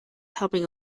helping